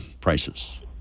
prices